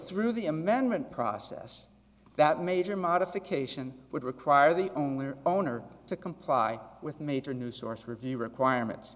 through the amendment process that major modification would require the only owner to comply with major new source review requirements